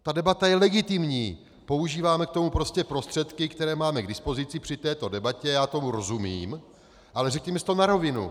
Ta debata je legitimní, používáme k tomu prostě prostředky, které máme k dispozici při této debatě, já tomu rozumím, ale řekněme si to na rovinu.